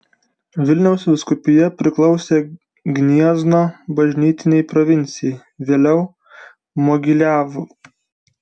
vilniaus vyskupija priklausė gniezno bažnytinei provincijai vėliau mogiliavo